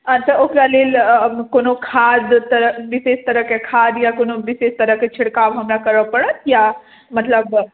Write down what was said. हँ तऽ ओकरा लेल कोनो खाद तऽ विशेष तरहके खाद या कोनो विशेष तरहके छिड़काव हमरा करय पड़त या मतलब